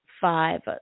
five